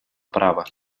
права